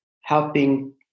helping